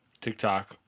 TikTok